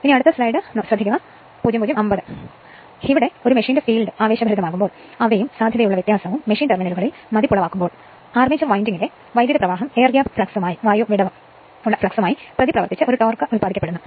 ഇപ്പോൾ ഒരു മെഷീന്റെ ഫീൽഡ് ആവേശഭരിതമാകുമ്പോൾ അവയും സാധ്യതയുള്ള വ്യത്യാസവും മെഷീൻ ടെർമിനലുകളിൽ മതിപ്പുളവാക്കുമ്പോൾ ആർമേച്ചർ വിൻഡിംഗിലെ വൈദ്യുത പ്രവാഹം എയർ ഗ്യാപ് ഫ്ലക്സുമായി പ്രതിപ്രവർത്തിച്ച് ഒരു ടോർക്ക് ഉത്പാദിപ്പിക്കുന്നു